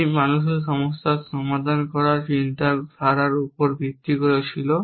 এটি মানুষের সমস্যার সমাধান করার চিন্তাধারার উপর ভিত্তি করে ছিল